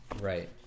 right